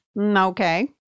Okay